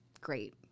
great